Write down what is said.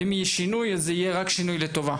ואם יהיה שינוי אז זה יהיה רק שינוי לטובה.